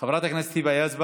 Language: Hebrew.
חבר הכנסת מסעוד עבאס, איננו.